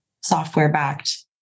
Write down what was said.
software-backed